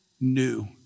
new